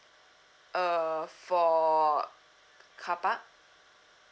uh for carpark